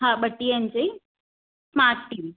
हा ॿटीह इंच जी स्मार्ट टी वी